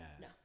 No